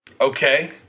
Okay